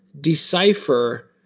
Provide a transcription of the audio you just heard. decipher